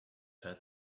had